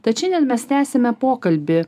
tad šiandien mes tęsiame pokalbį